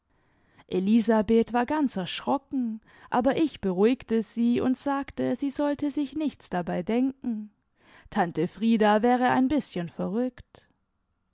elisabeth war ganz erschrocken aber ich beruhigte sie und sagte sie sollte sich nichts dabei denken tante frieda wäre ein bischen verrückt